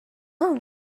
own